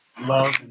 love